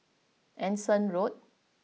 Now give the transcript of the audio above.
Anderson Road